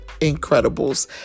Incredibles